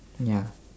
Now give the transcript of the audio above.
ya